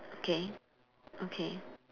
okay okay